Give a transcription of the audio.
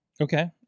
Okay